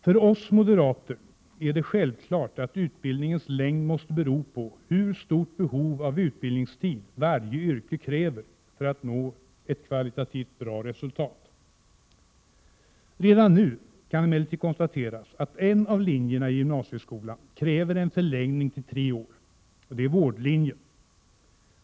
För oss moderater är det självklart att utbildningens längd måste bero på hur lång utbildningstid varje yrke kräver för att man skall nå ett kvalitativt bra resultat. Redan nu kan emellertid konstateras att en av linjerna i gymnasieskolan kräver en förlängning till tre år. Det är vårdlinjen.